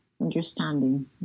understanding